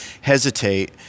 hesitate